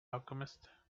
alchemist